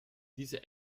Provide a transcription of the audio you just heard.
diese